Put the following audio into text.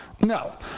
No